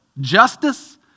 Justice